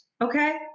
okay